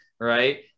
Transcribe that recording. right